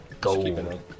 gold